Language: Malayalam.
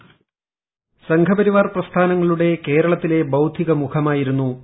ഹോൾഡ് വോയ്സ് സംഘപരിവാർ പ്രസ്ഥാനങ്ങളുടെ കേരളത്തിലെ ബൌദ്ധിക മുഖമായിരുന്നു പി